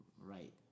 right